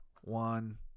one